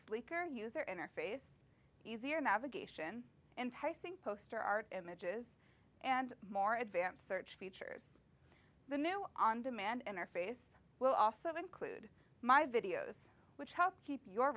sleeker user interface easier navigation enticing poster art images and more advanced search feature the new on demand interface will also include my videos which help keep your